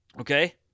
okay